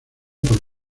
por